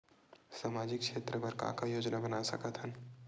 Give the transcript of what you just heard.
सामाजिक क्षेत्र बर का का योजना बना सकत हन?